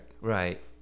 Right